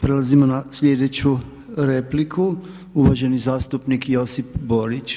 Prelazimo na sljedeću repliku, uvaženi zastupnik Josip Borić.